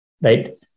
right